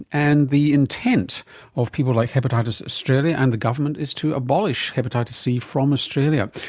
and the intent of people like hepatitis australia and the government is to abolish hepatitis c from australia.